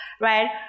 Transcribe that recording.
right